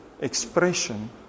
expression